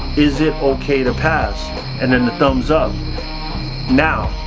is it okay to pass and then the thumbs up now?